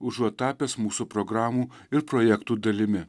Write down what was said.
užuot tapęs mūsų programų ir projektų dalimi